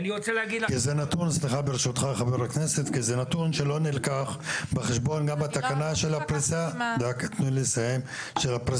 כי זה נתון שלא נלקח בחשבון גם בתקנה של הפריסה של המכשירים.